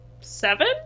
seven